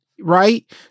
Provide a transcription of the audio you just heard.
right